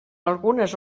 algunes